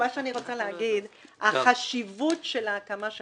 מה שאני רוצה להגיד הוא שהחשיבות של ההקמה של